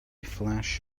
flash